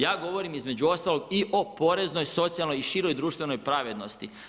Ja govorim između ostalog i o poreznoj, socijalnoj i široj društvenoj pravednosti.